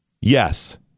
Yes